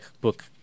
book